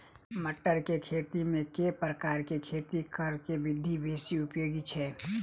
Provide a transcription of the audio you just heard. मटर केँ खेती मे केँ प्रकार केँ खेती करऽ केँ विधि बेसी उपयोगी छै?